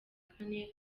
kane